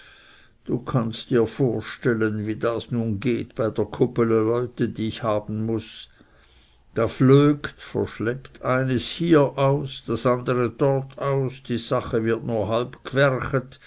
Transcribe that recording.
du kannst dir vorstellen wie das nun geht bei der kuppele leute die ich haben muß da flökt eines hier aus das andere dort aus die sache wird nur halb